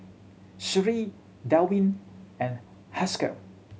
Sheree Delwin and Haskell